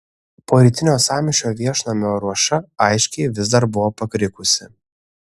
po rytinio sąmyšio viešnamio ruoša aiškiai vis dar buvo pakrikusi